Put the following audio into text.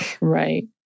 Right